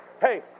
Hey